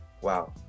wow